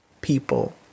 people